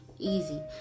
easy